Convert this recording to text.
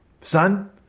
Son